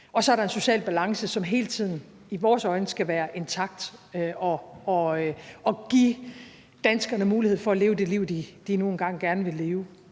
Og så er der en social balance, som i vores øjne hele tiden skal være intakt og give danskerne mulighed for at leve det liv, de nu engang gerne vil leve.